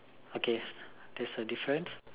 okay that's the difference